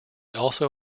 also